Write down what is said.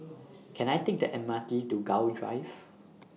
Can I Take The MRT to Gul Drive